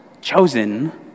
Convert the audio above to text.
chosen